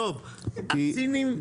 הסינים,